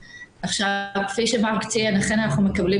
בתקופת החוק שייקבע חייבים שייכנסו לתקופת